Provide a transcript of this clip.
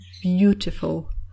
beautiful